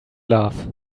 love